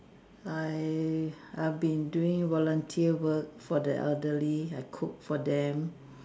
I I've been doing volunteer work for the elderly I cook for them